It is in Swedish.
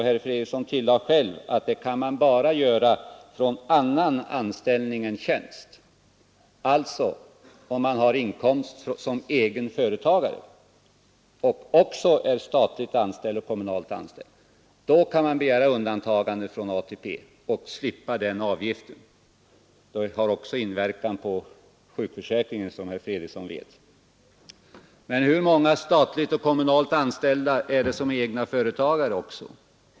Herr Fredriksson tillade själv att det kan man bara göra för inkomst av annan förvärvskälla än tjänst, t.ex. om man är egen företagare samtidigt som man är statligt eller kommunalt anställd. För sådan inkomst kan man begära undantagande från ATP och slippa den avgiften. Detta har också inverkan på sjukförsäkringen, som herr Fredriksson vet. Men hur många statligt och kommunalt anställda är det som är egna företagare också?